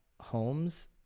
homes